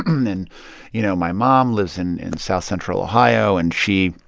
and, you know, my mom lives in in south central ohio, and she,